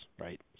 right